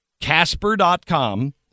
Casper.com